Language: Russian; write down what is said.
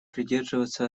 придерживаться